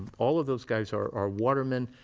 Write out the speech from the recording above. all of those guys are are watermen,